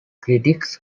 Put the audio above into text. critics